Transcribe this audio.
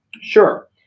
Sure